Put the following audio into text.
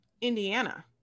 Indiana